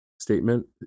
statement